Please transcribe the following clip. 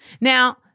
Now